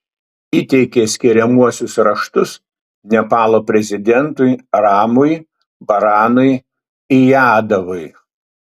įteikė skiriamuosius raštus nepalo prezidentui ramui baranui yadavui